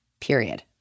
period